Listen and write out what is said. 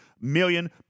million